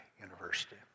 University